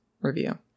review